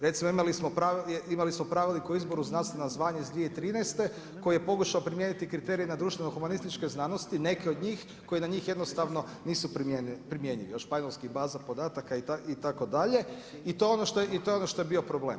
Recimo, imali smo pravilnik o izboru znanstvena znanja iz 2013. koje je pokušao primijeniti kriterije na društveno humanističke znanosti, neke od njih koji na njih jednostavno nisu primjenjivi, španjolskih baza podataka itd. i to je ono što je bio problem.